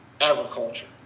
agriculture